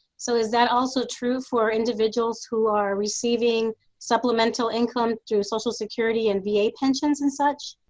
so is that also true for individuals who are receiving supplemental income through social security and va pensions and such?